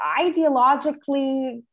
ideologically